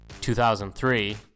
2003